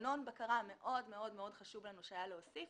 מנגנון בקרה שמאוד מאוד חשוב היה לנו להוסיף